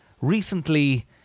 Recently